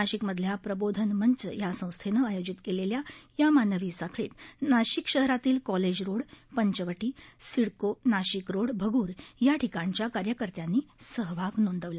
नाशिकमधल्या प्रबोधन मंच या संस्थेनं आयोजित केलेल्या या मानवी साखळीत नाशिक शहरातील कॉलेजरोड पंचवटी सिडको नाशिकरोड भगूर या ठिकाणच्या कार्यकर्त्यांनी सहभाग नोंदवला